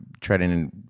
treading